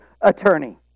attorney